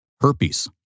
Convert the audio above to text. herpes